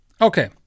Okay